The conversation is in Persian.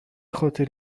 خاطر